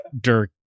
Dirk